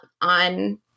on